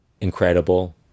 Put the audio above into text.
incredible